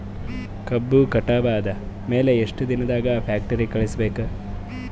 ಕಬ್ಬು ಕಟಾವ ಆದ ಮ್ಯಾಲೆ ಎಷ್ಟು ದಿನದಾಗ ಫ್ಯಾಕ್ಟರಿ ಕಳುಹಿಸಬೇಕು?